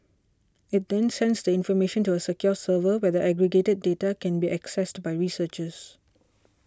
it then sends the information to a secure server where the aggregated data can be accessed by researchers